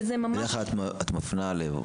וזה ממש --- בדרך כלל את מפנה לוולפסון,